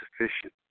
sufficient